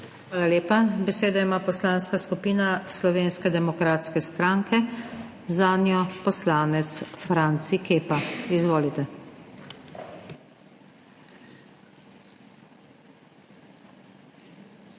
Hvala lepa. Besedo ima Poslanska skupina Slovenske demokratske stranke, zanjo poslanec Franci Kepa. Izvolite.